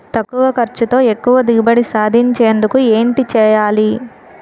తక్కువ ఖర్చుతో ఎక్కువ దిగుబడి సాధించేందుకు ఏంటి చేయాలి?